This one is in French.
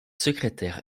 secrétaire